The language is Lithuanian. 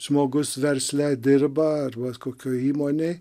žmogus versle dirba arba kokioj įmonėj